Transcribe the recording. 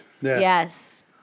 Yes